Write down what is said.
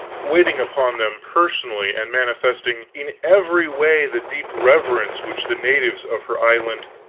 waiting upon them personally and manifesting in every way the deep reverence which the natives of her island,